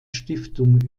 stiftung